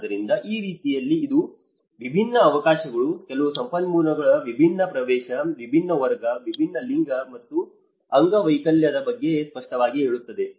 ಆದ್ದರಿಂದ ಆ ರೀತಿಯಲ್ಲಿ ಇದು ವಿಭಿನ್ನ ಅವಕಾಶಗಳು ಕೆಲವು ಸಂಪನ್ಮೂಲಗಳಿಗೆ ವಿಭಿನ್ನ ಪ್ರವೇಶ ವಿಭಿನ್ನ ವರ್ಗ ವಿಭಿನ್ನ ಲಿಂಗ ಮತ್ತು ಅಂಗವೈಕಲ್ಯದ ಬಗ್ಗೆ ಸ್ಪಷ್ಟವಾಗಿ ಹೇಳುತ್ತದೆ